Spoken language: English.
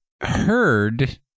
heard